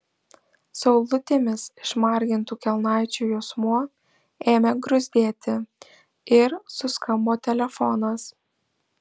saulutėmis išmargintų kelnaičių juosmuo ėmė gruzdėti ir suskambo telefonas